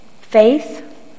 Faith